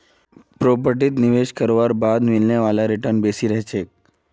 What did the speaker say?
प्रॉपर्टीत निवेश करवार बाद मिलने वाला रीटर्न बेसी रह छेक